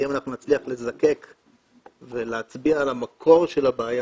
כי אם אנחנו נצליח לזקק ולהצביע על המקור של הבעיה